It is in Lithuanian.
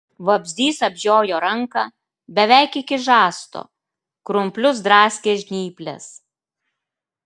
vabzdys apžiojo ranką beveik iki žasto krumplius draskė žnyplės